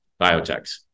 biotechs